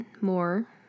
more